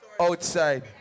Outside